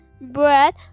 bread